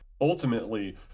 ultimately